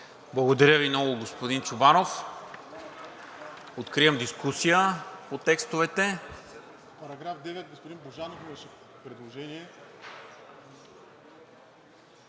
Благодаря Ви много, господин Чобанов. Откривам дискусия по текстовете.